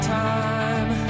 time